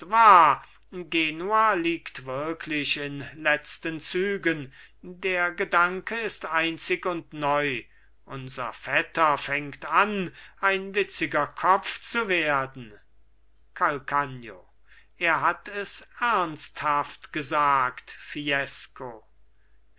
wahr genua liegt wirklich in letzten zügen der gedanke ist einzig und neu unser vetter fängt an ein witziger kopf zu werden calcagno er hat es ernsthaft gesagt fiesco